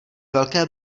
velké